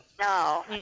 No